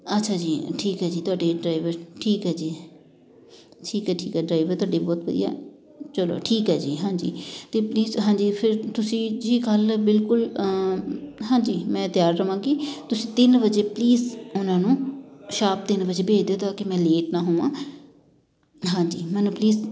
ਅੱਛਾ ਜੀ ਠੀਕ ਆ ਜੀ ਤੁਹਾਡਾ ਡਰਾਈਵਰ ਠੀਕ ਹੈ ਜੀ ਠੀਕ ਹੈ ਠੀਕ ਹੈ ਡਰਾਈਵਰ ਤੁਹਾਡੀ ਬਹੁਤ ਵਧੀਆ ਚਲੋ ਠੀਕ ਆ ਜੀ ਹਾਂਜੀ ਅਤੇ ਪਲੀਜ਼ ਹਾਂਜੀ ਫਿਰ ਤੁਸੀਂ ਜੀ ਕੱਲ੍ਹ ਬਿਲਕੁਲ ਹਾਂਜੀ ਮੈਂ ਤਿਆਰ ਰਹਾਂਗੀ ਤੁਸੀਂ ਤਿੰਨ ਵਜੇ ਪਲੀਜ਼ ਉਹਨਾਂ ਨੂੰ ਸ਼ਾਰਪ ਤਿੰਨ ਵਜੇ ਭੇਜ ਦਿਉ ਤਾਂ ਕਿ ਮੈਂ ਲੇਟ ਨਾ ਹੋਵਾਂ ਹਾਂਜੀ ਮੈਨੂੰ ਪਲੀਜ਼